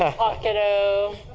ah pocket-o,